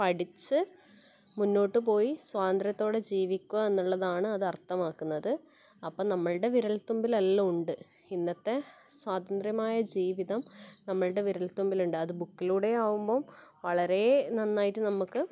പഠിച്ചു മുന്നോട്ട് പോയി സ്വാതന്ത്ര്യത്തോടെ ജീവിക്കുക എന്നുള്ളതാണ് അത് അർത്ഥമാക്കുന്നത് അപ്പം നമ്മളുടെ വിരൽത്തുമ്പിലെല്ലാമുണ്ട് ഇന്നത്തെ സ്വാതന്ത്ര്യമായ ജീവിതം നമ്മളുടെ വിരൽത്തുമ്പിലുണ്ട് അത് ബുക്കിലൂടെ ആവുമ്പോൾ വളരെ നന്നായിട്ട് നമുക്ക്